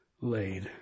laid